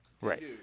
Right